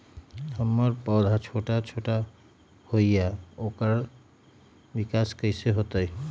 हमर पौधा छोटा छोटा होईया ओकर विकास कईसे होतई?